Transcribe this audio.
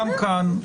גם כאן,